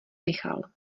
michal